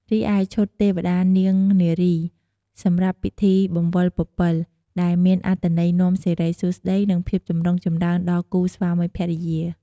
រីឯ ឈុតទេវតានាងនារី សម្រាប់ពិធីបង្វិលពពិល ដែលមានអត្ថន័យនាំសិរីសួស្តី និងភាពចម្រុងចម្រើនដល់គូស្វាមីភរិយា។